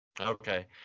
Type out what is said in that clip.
Okay